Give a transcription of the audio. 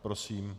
Prosím.